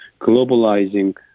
globalizing